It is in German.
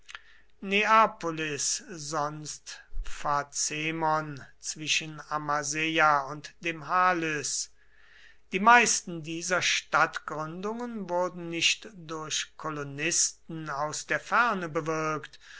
neapolis sonst phazemon zwischen amaseia und dem halys die meisten dieser stadtgründungen wurden nicht durch kolonisten aus der ferne bewirkt